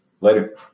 Later